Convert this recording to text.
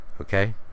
okay